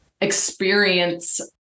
experience